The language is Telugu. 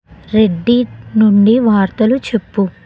రెడ్డిట్ నుండి వార్తలు చెప్పు